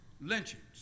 lynchings